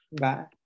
Bye